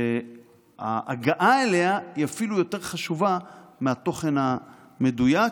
שההגעה אליה היא אפילו יותר חשובה מהתוכן המדויק,